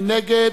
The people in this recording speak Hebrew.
מי נגד?